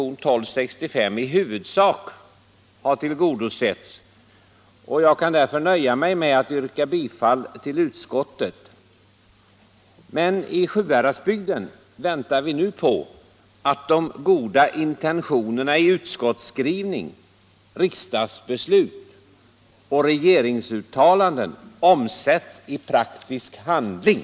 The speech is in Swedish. och jag kan därför nöja mig med att yrka bifall till utskottets hemställan. Men i Sjuhäradsbygden väntar vi nu på att de goda intentionerna i utskottsskrivning, riksdagsbeslut och regeringsuttalanden omsätts i praktisk handling.